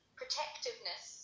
protectiveness